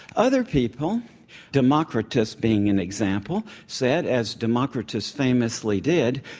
other people democritus being an example, said, as democritus famously did,